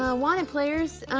ah wanted players,